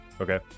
Okay